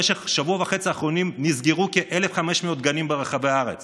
בשבוע וחצי האחרונים נסגרו כ-1,500 גנים ברחבי הארץ